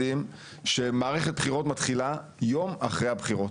יודעים שמערכת בחירות מתחילה יום אחרי הבחירות